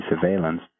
surveillance